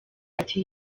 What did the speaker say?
ati